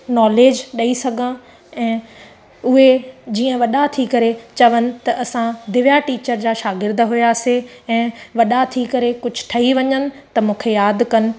knowledge ॾेई सघां ऐं उहे जीअं वॾा थी करे चवनि त असां दिव्या टीचर जा शार्गीद हुआसीं ऐं वॾा थी करे कुझु ठही वञनि त मूंखे यादि कनि